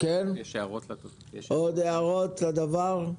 עוד הערות לדבר?